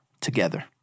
together